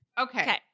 Okay